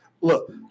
look –